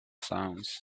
sounds